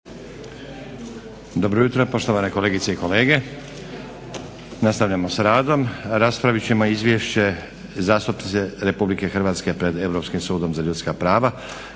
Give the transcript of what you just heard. Dobro jutro poštovane kolegice kolege. Nastavljamo s radom. Raspravit ćemo - Izvješće zastupnice Republike Hrvatske pred Europskim sudom za ljudska prava